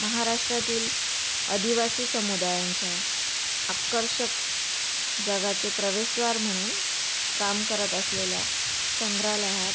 महाराष्ट्रातील आदिवासी समुदायांच्या आकर्षक जगाचे प्रवेशद्वार म्हणून काम करत असलेल्या संग्रहालयात